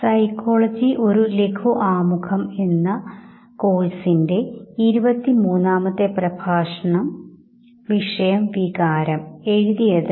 വൈകാരിക പ്രകടനത്തിൽ സംസ്കാരത്തിൻറെ സ്വാധീനം അനന്തരഫലങ്ങൾ എന്നിവയെക്കുറിച്ചാണ് ഇനി നമ്മൾ സംസാരിക്കാൻ പോകുന്നത്